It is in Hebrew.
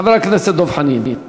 חבר הכנסת דב חנין.